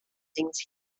things